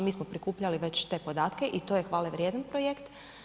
Mi smo prikupljali već te podatke i to je hvale vrijedan projekt.